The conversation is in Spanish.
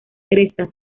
crestas